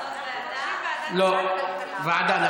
מבקשים ועדת הכלכלה.